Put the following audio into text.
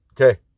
Okay